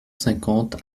cinquante